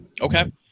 Okay